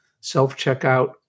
self-checkout